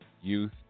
Youth